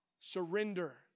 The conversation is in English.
Surrender